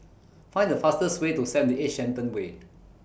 Find The fastest Way to seventy eight Shenton Way